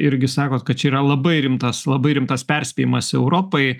irgi sakot kad čia yra labai rimtas labai rimtas perspėjimas europai